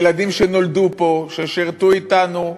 ילדים שנולדו פה, ששירתו אתנו,